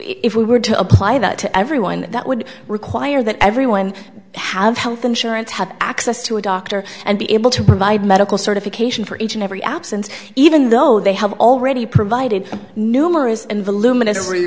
if we were to apply that to everyone that would require that everyone have health insurance have access to a doctor and be able to provide medical certification for each and every absence even though they have already provided numerous and volumin